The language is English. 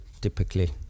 typically